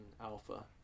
alpha